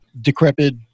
decrepit